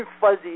fuzzy